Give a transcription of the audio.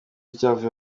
cyavuyeho